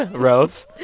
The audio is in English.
rose?